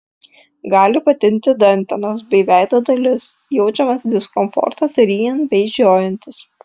gali patinti dantenos bei veido dalis jaučiamas diskomfortas ryjant bei žiojantis